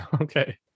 Okay